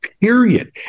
period